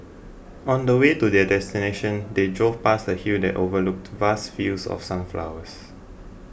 on the way to their destination they drove past a hill that overlooked vast fields of sunflowers